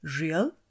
real